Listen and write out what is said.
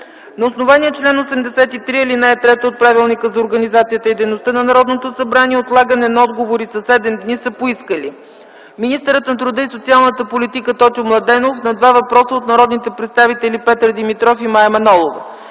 На основание чл. 83, ал. 3 от Правилника за организацията и дейността на Народното събрание отлагане на отговори със седем дни са поискали: - министърът на труда и социалната политика Тотю Младенов на два въпроса от народните представители Петър Димитров и Мая Манолова;